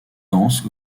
denses